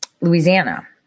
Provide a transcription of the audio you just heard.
Louisiana